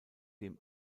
dem